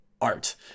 art